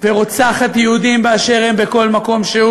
ורוצחת יהודים באשר הם, בכל מקום.